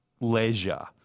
leisure